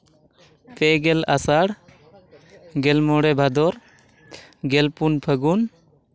ᱯᱮᱜᱮᱞ ᱟᱥᱟᱲ ᱜᱮᱞ ᱢᱚᱬᱮ ᱵᱷᱟᱫᱚᱨ ᱜᱮᱞᱯᱩᱱ ᱯᱷᱟᱹᱜᱩᱱ